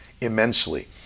immensely